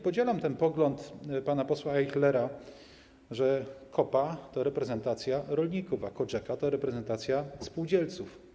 Podzielam pogląd pana posła Ajchlera, że COPA to reprezentacja rolników, a COGECA to reprezentacja spółdzielców.